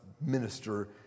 minister